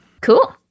Cool